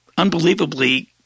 Unbelievably